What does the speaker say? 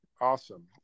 Awesome